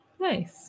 Nice